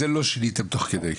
את זה לא שיניתם תוך כדי.